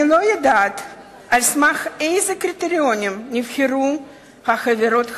אני לא יודעת על סמך אילו קריטריונים נבחרו החברות האלה,